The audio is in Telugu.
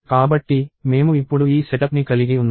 కాబట్టి మేము ఇప్పుడు ఈ సెటప్ని కలిగి ఉన్నాము